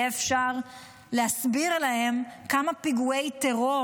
יהיה אפשר להסביר להם כמה פיגועי טרור